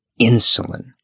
insulin